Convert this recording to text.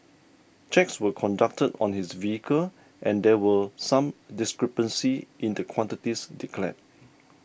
checks were conducted on his vehicle and there were some discrepancy in the quantities declared